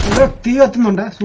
vietnam and so